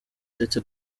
ndetse